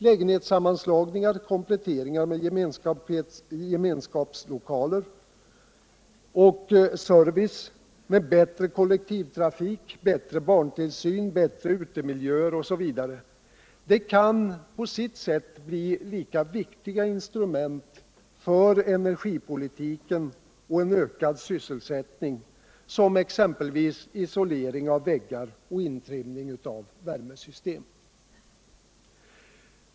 Lägenhetssammanslagningar, kompletteringar med gemenskapslokaler och service, bättre kollektivtrafik, bättre barntillsyn, bättre utemiljöer osv. kan på sitt sätt bli lika viktiga instrument för energipolitiken och för att åstadkomma en ökad sysselsättning som exempelvis isolering av väggar och intrimning av värmesystem.